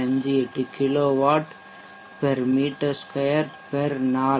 58 kilowatt மீ 2 நாள்